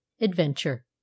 Adventure